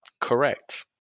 Correct